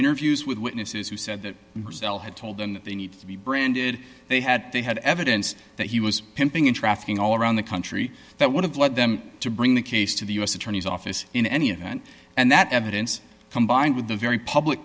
interviews with witnesses who said that cell had told them that they need to be branded they had they had evidence that he was pimping in trafficking all around the country that would have led them to bring the case to the u s attorney's office in any event and that evidence combined with the very public